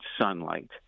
sunlight